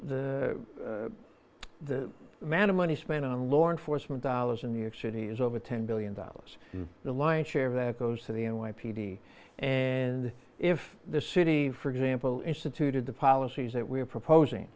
the the man of money spent on law enforcement dollars in new york city is over ten billion dollars the lion's share of that goes to the n y p d and if the city for example instituted the policies that we are proposing